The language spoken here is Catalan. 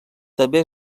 també